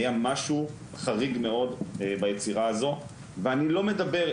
היה משהו חריג מאוד ביצירה הזו ואני לא מדבר,